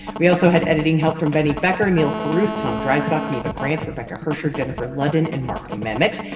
we also had editing help from benny becker, neal carruth, tom dreisbach, neva grant, rebecca hersher, jennifer ludden and mark memmott.